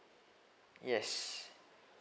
yes